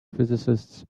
physicists